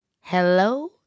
Hello